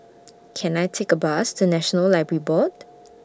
Can I Take A Bus to National Library Board